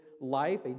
life